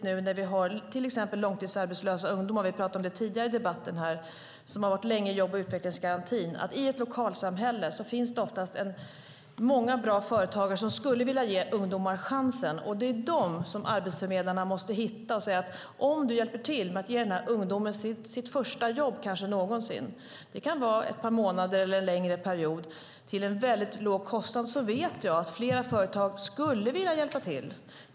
Nu när vi har till exempel långtidsarbetslösa ungdomar - vi talade om det i en tidigare debatt här - som har varit länge i jobb och utvecklingsgarantin tror jag också att det är oerhört viktigt att se att det i ett lokalsamhälle oftast finns många bra företagare som skulle vilja ge ungdomar chansen. Det är dem arbetsförmedlarna måste hitta och fråga om de kan hjälpa till med att ge en ungdom hans eller hennes kanske första jobb någonsin - det kan vara ett par månader eller en längre period - till en väldigt låg kostnad. Jag vet att flera företag då skulle vilja hjälpa till.